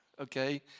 okay